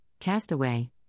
Castaway